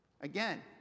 Again